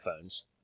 phones